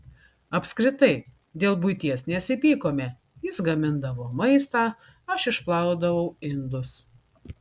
apskritai dėl buities nesipykome jis gamindavo maistą aš išplaudavau indus